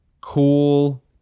cool